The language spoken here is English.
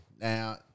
Now